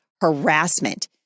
harassment